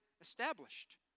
established